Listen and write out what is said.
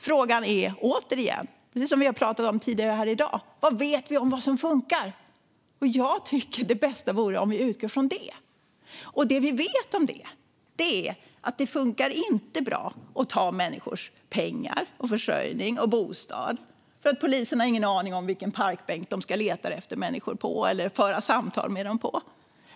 Frågan är återigen, precis som vi har pratat om tidigare här i dag: Vad vet vi om vad som funkar? Jag tycker att det bästa vore om vi utgår från det. Och det vi vet om det är att det inte funkar bra att ta människors pengar, försörjning och bostad, för poliserna har ingen aning om vilken parkbänk de ska leta efter människor på eller föra samtal med dem på.